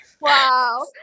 Wow